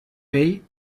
pell